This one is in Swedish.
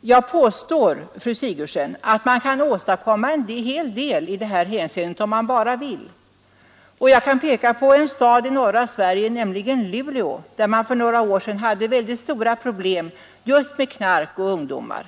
Jag påstår, fru Sigurdsen, att man kan åstadkomma en hel del i detta avseende, om man bara vill. Jag kan peka på en stad i norra Sverige, nämligen Luleå, där man för några år sedan hade mycket stora problem med knarkande ungdomar.